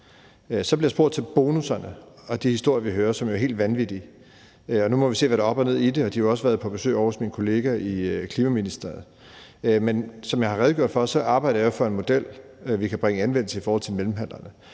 Så bliver jeg spurgt til bonusserne og de historier, vi hører, som jo er helt vanvittige. Nu må vi se, hvad der er op og ned i det. De har jo også været på besøg ovre hos min kollega i Klima- og Energi- og Forsyningsministeriet. Men som jeg har redegjort for, arbejder jeg for en model, vi kan bringe i anvendelse i forhold til mellemhandlerne,